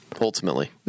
Ultimately